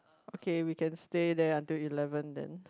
okay we can stay there until eleven then